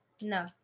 no